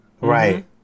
Right